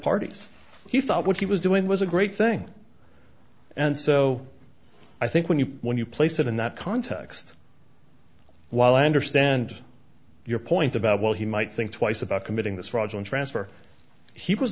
parties he thought what he was doing was a great thing and so i think when you when you place it in that context while i understand your point about well he might think twice about committing this fraudulent transfer he was